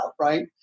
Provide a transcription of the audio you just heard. right